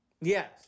Yes